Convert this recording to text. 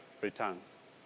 returns